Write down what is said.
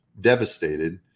devastated